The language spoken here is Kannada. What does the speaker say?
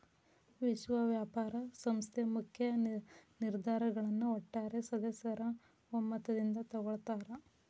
ವಿಶ್ವ ವ್ಯಾಪಾರ ಸಂಸ್ಥೆ ಮುಖ್ಯ ನಿರ್ಧಾರಗಳನ್ನ ಒಟ್ಟಾರೆ ಸದಸ್ಯರ ಒಮ್ಮತದಿಂದ ತೊಗೊಳ್ತಾರಾ